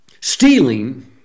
stealing